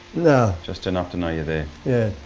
no. just enough to know you're there. yeah,